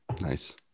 Nice